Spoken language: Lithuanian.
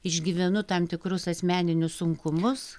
išgyvenu tam tikrus asmeninius sunkumus